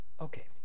Okay